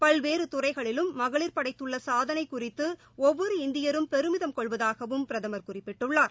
பல்வேறு துறைகளிலும் மகளிர் படைத்துள்ள சாதனை குறித்து ஒவ்வொரு இந்தியரும் பெருமிதம் கொள்வதாகவும் பிரதமர் குறிப்பிட்டுள்ளார்